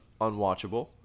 Unwatchable